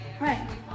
Right